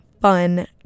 fun